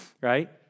right